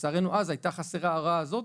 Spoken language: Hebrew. לצערנו אז הייתה חסרה ההערה הזאת,